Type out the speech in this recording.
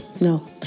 No